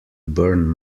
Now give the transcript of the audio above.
burn